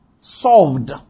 solved